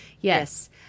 Yes